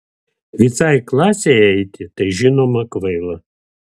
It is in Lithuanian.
visai klasei eiti tai žinoma kvaila